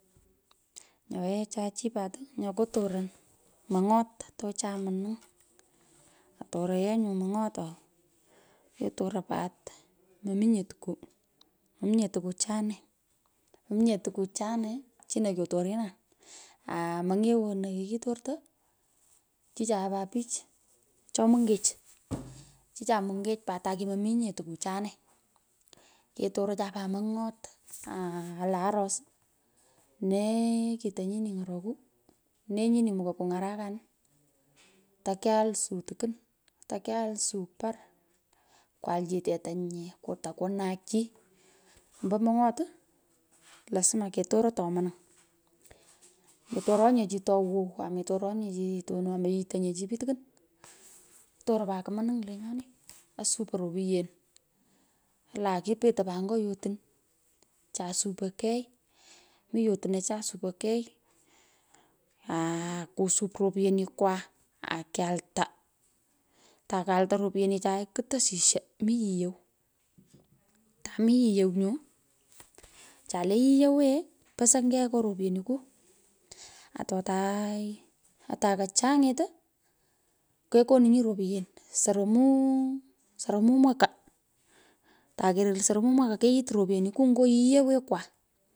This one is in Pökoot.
Nyo yee ochan chi pat nyo kotoron mong'ot tochan mununy atoyenyu mong’ot oo. Kyotoron pat, mominye tukuu, mominye tukuu chame. Mominye tukuu chane chune kyotorenan au mong’ewo nino kikitorto, chicha pat pich cho mungech, chicha munyech pat, taki mominye tukuu chanee ketorocha pat mong’ot, ala aros, nee kito nyini ny’oroku nee nyini, mukoi, kung’arakanin to kyaal su tokwan, tokyaal. Su parr, kwaal chi tetanyi takunuch chí. Ombo mong’ot lasma ketora ato mniny, metoronye chi ato wow, ametoranyechi atono. ameyitonye pi chi, pich tukwon kitoroy pat komunung lenyoni, asupon ropyen, ala kuspetei pat nyo yotun cha supoi kei, mi yotuno cha supoikei, aa kusup ropyenikwa akiyalta, ta kalta ropyenicha kutosisho mii yiyow atamii yiyow nyu, che le yiyowee posoiu kei nyo ropyeniku ato tai kachang'it kekoninyi, ropiyen soromu mwaka, takerel soromu mwaka keyit ropyeniku nyo yiyeewekwa.